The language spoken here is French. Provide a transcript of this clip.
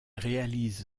réalise